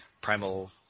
Primal